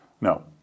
No